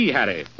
Harry